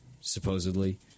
supposedly